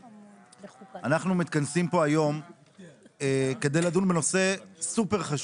אנחנו מתכנסים פה היום כדי לדון בנושא סופר חשוב,